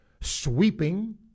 Sweeping